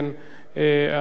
אתה,